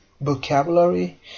vocabulary